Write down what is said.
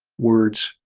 words.